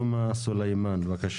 תומכת